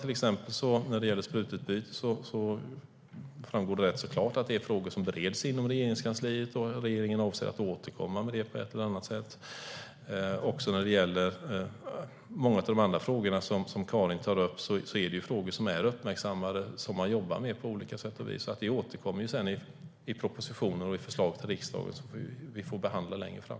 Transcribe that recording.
Till exempel framgår det att frågan om sprutbyte bereds inom Regeringskansliet och att regeringen avser att återkomma i frågan på ett eller annat sätt. Också många av de andra frågor som Karin tar upp är frågor som är uppmärksammade och som man jobbar med på olika sätt och vis. Vi återkommer i propositionen med förslag till riksdagen som vi får behandla längre fram.